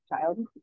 child